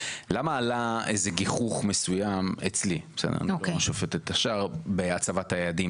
למה עלה איזה גיחוך מסוים אצלי בהצבת יעדים?